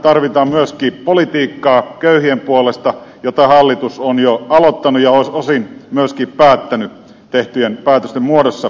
tarvitaan myöskin politiikkaa köyhien puolesta jota hallitus on jo aloittanut ja osin myöskin päättänyt tehtyjen päätösten muodossa